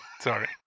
Sorry